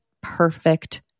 perfect